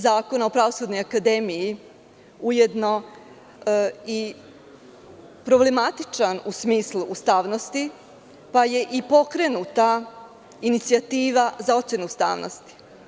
Zakona o Pravosudnoj akademiji ujedno i problematičan u smislu ustavnosti, pa je i pokrenuta inicijativa za ocenu ustavnosti.